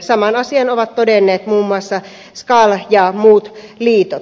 saman asian ovat todenneet muun muassa skal ja muut liitot